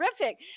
terrific